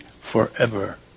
forever